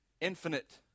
infinite